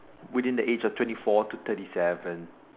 within the age of twenty four to thirty seven